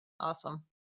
Awesome